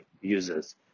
users